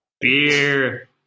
beer